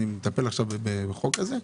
אני מטפל עכשיו בחוק הזה,